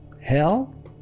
hell